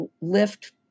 lift